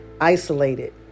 isolated